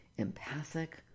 empathic